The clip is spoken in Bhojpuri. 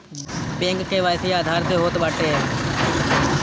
बैंक के.वाई.सी आधार से होत बाटे